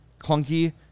clunky